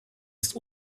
ist